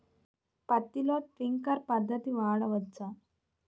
పత్తిలో ట్వింక్లర్ పద్ధతి వాడవచ్చా?